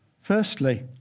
Firstly